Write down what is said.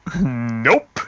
nope